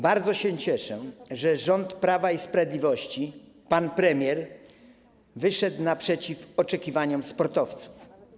Bardzo się cieszę, że rząd Prawa i Sprawiedliwości, pan premier wyszedł naprzeciw oczekiwaniom sportowców.